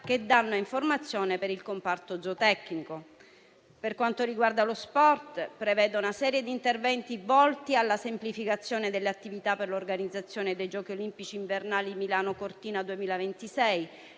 che danno informazioni per il comparto zootecnico. Per quanto riguarda lo sport, è prevista una serie di interventi volti alla semplificazione delle attività per l'organizzazione dei giochi olimpici invernali Milano-Cortina 2026